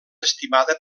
estimada